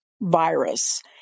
virus